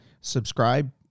subscribe